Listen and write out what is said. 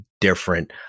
different